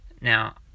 Now